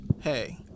Hey